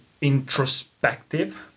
introspective